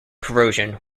corrosion